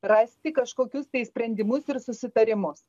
rasti kažkokius tai sprendimus ir susitarimus